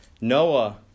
Noah